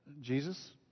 Jesus